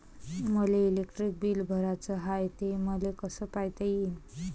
मले electric bill भराचं हाय, ते मले कस पायता येईन?